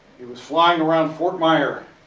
he was flying around fort myer